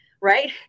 Right